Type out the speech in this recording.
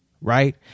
right